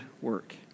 work